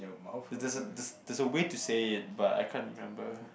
th~ there's way to say it but I can't remember